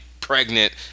pregnant